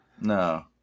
No